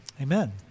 Amen